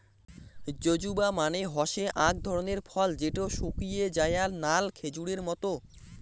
জুজুবা মানে হসে আক ধরণের ফল যেটো শুকিয়ে যায়া নাল খেজুরের মত